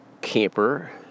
camper